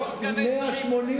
לא היו סגני שרים,